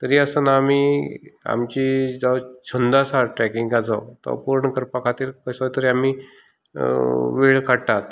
तरी आसतना आमी आमची जावं छंद आसा ट्रेकींगाचो तो पूर्ण करपा खातीर कसो तरी आमी वेळ काडटात